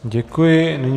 Děkuji.